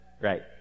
Right